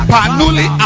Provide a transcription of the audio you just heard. Panuli